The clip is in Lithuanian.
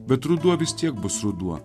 bet ruduo vis tiek bus ruduo